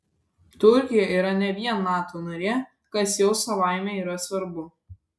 turkija yra ne vien nato narė kas jau savaime yra svarbu